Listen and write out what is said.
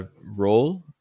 role